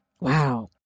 Wow